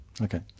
Okay